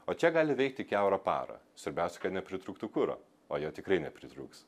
o čia gali veikti kiaurą parą svarbiausia kad nepritrūktų kuro o jo tikrai nepritrūks